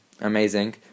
amazing